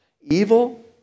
Evil